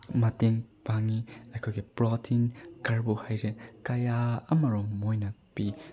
ꯃꯇꯦꯡ ꯄꯥꯡꯉꯤ ꯑꯩꯈꯣꯏꯒꯤ ꯄ꯭ꯔꯣꯇꯤꯟ ꯀꯥꯔꯕꯣꯍꯥꯏꯗ꯭ꯔꯦꯠ ꯀꯌꯥ ꯑꯃꯔꯣꯝ ꯃꯣꯏꯅ ꯄꯤ